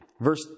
Verse